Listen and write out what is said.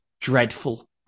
dreadful